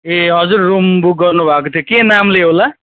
ए हजुर room book गर्नु भएको थियो के नामले होला